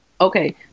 Okay